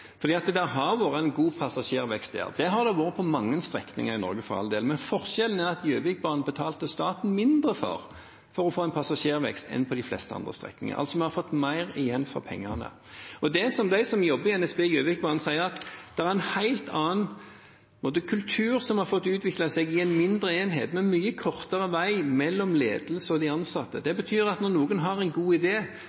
Det har vært en god passasjervekst der. Det har det vært på mange strekninger i Norge, for all del, men forskjellen er at på Gjøvikbanen betalte staten mindre for å få en passasjervekst enn på de fleste andre strekninger. Vi har altså fått mer igjen for pengene. Det de som jobber i NSB Gjøvikbanen, sier, er at i en mindre enhet er det på en måte en helt annen kultur som har fått utvikle seg, med mye kortere vei mellom ledelse og de ansatte. Det